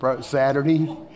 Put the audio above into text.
Saturday